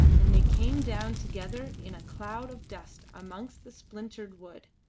and they came down together in a cloud of dust amongst the splintered wood.